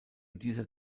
dieser